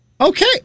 Okay